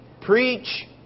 preach